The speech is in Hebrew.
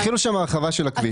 התחילו שם הרחבה של הכביש.